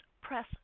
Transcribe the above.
press